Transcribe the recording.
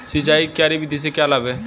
सिंचाई की क्यारी विधि के लाभ क्या हैं?